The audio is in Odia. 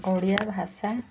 ଓଡ଼ିଆ ଭାଷା